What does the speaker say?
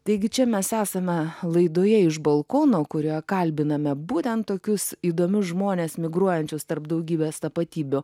taigi čia mes esame laidoje iš balkono kurioje kalbiname būtent tokius įdomius žmones migruojančius tarp daugybės tapatybių